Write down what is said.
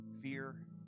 fear